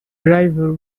driver